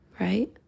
right